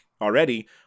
already